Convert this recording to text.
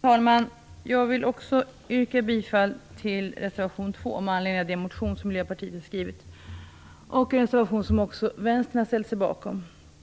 Fru talman! Jag vill också yrka bifall till reservation 2, som också Vänstern har ställt sig bakom, med anledning av den motion som Miljöpartiet har väckt.